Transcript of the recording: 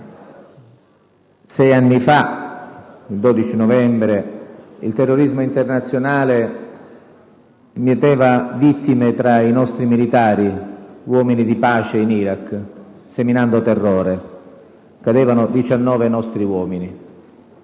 Sei anni fa - il 12 novembre del 2003 - il terrorismo internazionale mieteva vittime tra i nostri militari, uomini di pace in Iraq, seminando terrore. Cadevano 19 nostri uomini.